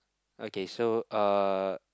okay so uh